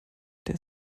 der